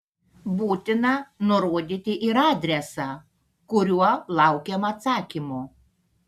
būtina nurodyti ir adresą kuriuo laukiama atsakymo